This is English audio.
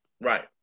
Right